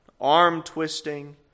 arm-twisting